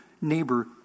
neighbor